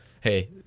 hey